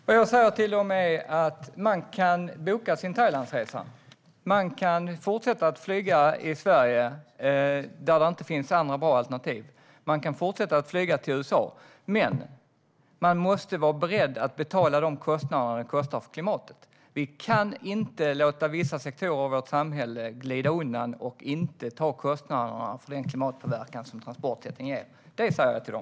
Herr talman! Vad jag säger till dem är att man kan boka sin Thailandsresa. Man kan fortsätta flyga i Sverige där det inte finns andra bra alternativ. Man kan fortsätta flyga till USA. Men man måste vara beredd att betala vad det kostar för klimatet. Vi kan inte låta vissa sektorer i vårt samhälle glida undan och inte ta kostnaderna för den klimatpåverkan som transporter ger upphov till. Det säger jag till dem.